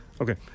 Okay